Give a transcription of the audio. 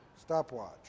Stopwatch